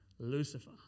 Lucifer